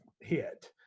hit